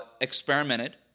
experimented